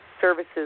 services